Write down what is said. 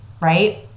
right